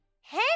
Hey